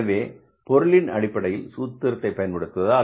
எனவே பொருளின் அடிப்படையில் சூத்திரத்தை பயன்படுத்துவதா